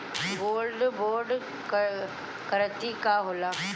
Gold bond करतिं का होला?